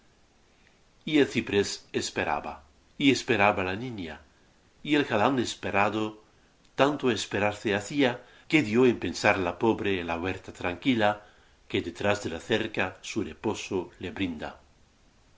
y el ciprés esperaba y esperaba la niña y el galán esperado tanto esperar se hacía que dió en pensar la pobre en la huerta tranquila que detrás de la cerca su reposo le brinda